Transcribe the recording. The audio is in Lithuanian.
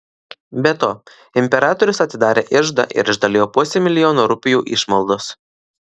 be to imperatorius atidarė iždą ir išdalijo pusę milijono rupijų išmaldos